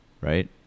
right